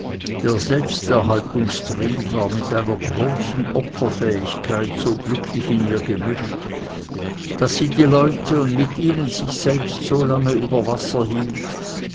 der selbsterhaltungstrieb war mit einer großen opferfähigkeit so glücklich in ihr gemischt daß sie die leute und mit ihnen sich selbst so lange über wasser hielt